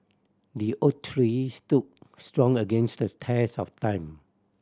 the oak tree stood strong against the test of time